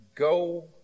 Go